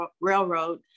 railroad